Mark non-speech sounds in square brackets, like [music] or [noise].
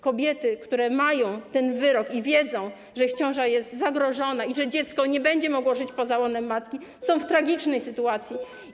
Kobiety, które mają ten wyrok i wiedzą, [noise] że ich ciąża jest zagrożona i że dziecko nie będzie mogło żyć poza łonem matki, są w tragicznej sytuacji.